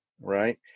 right